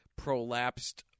prolapsed